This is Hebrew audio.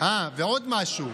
ועוד משהו.